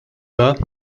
bas